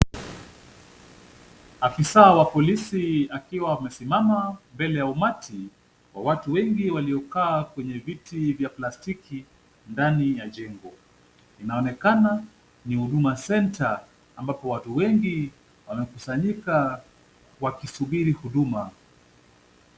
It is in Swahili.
Afisa wa polisi akiwa amesimama mbele ya umati wa watu wengi waliokaa kwenye viti vya plastiki ndani ya jengo. Inaonekana ni huduma centre ambapo watu wengi wamekusanyika wakisubiri huduma.